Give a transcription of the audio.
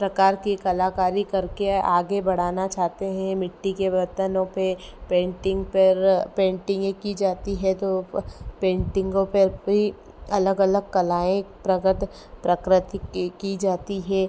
प्रकार की कलाकारी करके आगे बढ़ाना चाहते हैं मिट्टी के बर्तनों पे पेंटिंग पर पेंटिंगें की जाती है जो पेंटिंगों पर भी अलग अलग कलाएँ प्राकृति की की जाती है